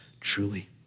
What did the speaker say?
truly